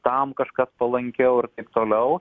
tam kažkas palankiau ir taip toliau